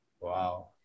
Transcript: Wow